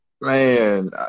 man